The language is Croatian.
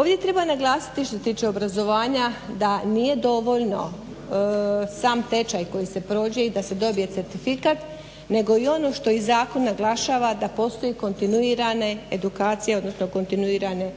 Ovdje treba naglasiti što se tiče obrazovanja da nije dovoljno sam tečaj koji se prođe da se dobije certifikat nego i ono što zakon naglašava da postoji kontinuirane edukacije odnosno kontinuirane